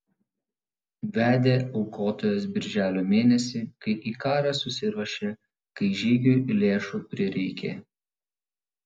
vedė aukotojas birželio mėnesį kai į karą susiruošė kai žygiui lėšų prireikė